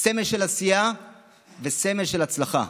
סמל של עשייה וסמל של הצלחה.